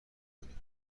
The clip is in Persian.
کنیم